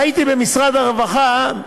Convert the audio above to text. ראיתי במשרד הרווחה,